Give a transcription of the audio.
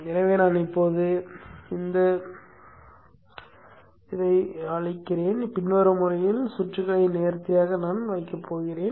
எனவே நான் இப்போது ஒழுங்கீனத்தைத் துடைக்கிறேன் பின்வரும் முறையில் சுற்றுகளை நேர்த்தியாக வைப்போம்